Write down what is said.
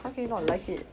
how can you not like it